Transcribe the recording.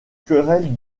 querelles